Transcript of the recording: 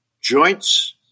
joints